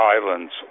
Islands